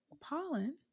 pollen